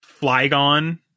Flygon